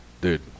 dude